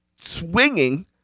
swinging